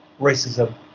racism